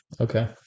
Okay